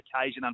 occasion